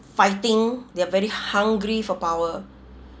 fighting they are very hungry for power